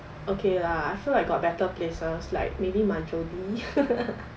okay lah I feel like got better places like maybe